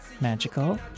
magical